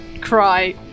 cry